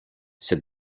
said